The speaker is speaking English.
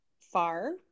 far